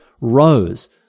rose